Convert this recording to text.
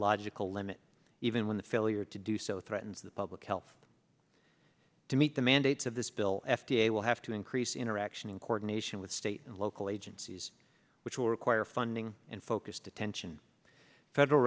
logical limit even when the failure to do so threatens the public health to meet the mandates of this bill f d a will have to increase interaction in coordination with state and local agencies which will require funding and focused attention federal